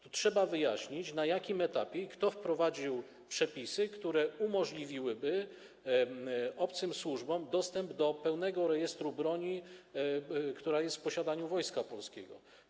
Trzeba wyjaśnić, na jakim etapie i kto wprowadził przepisy, które umożliwiłyby obcym służbom dostęp do pełnego rejestru broni, która jest w posiadaniu Wojska Polskiego.